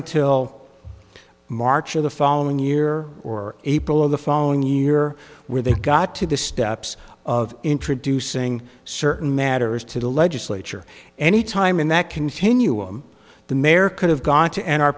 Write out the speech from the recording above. until march of the following year or april of the following year where they got to the steps of introducing certain matters to the legislature any time in that continuum the mayor could have gone to an r